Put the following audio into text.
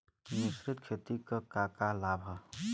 मिश्रित खेती क का लाभ ह?